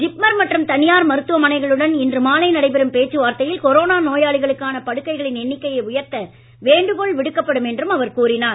ஜிப்மர் மற்றும் தனியார் மருத்துவமனைகளுடன் இன்று மாலை நடைபெறும் பேச்சுவார்த்தையில் கொரோனா நோயாளிகளுக்கான படுக்கைகளின் எண்ணிக்கையை உயர்த்த வேண்டுகோள் விடுக்கப்படும் என்றும் அவர் கூறினார்